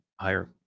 higher